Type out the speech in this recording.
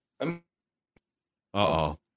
Uh-oh